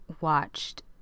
watched